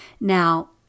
Now